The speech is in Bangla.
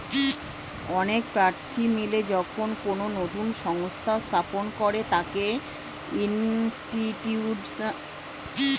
অনেক প্রার্থী মিলে যখন কোনো নতুন সংস্থা স্থাপন করে তাকে ইনস্টিটিউশনাল উদ্যোক্তা বলে